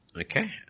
Okay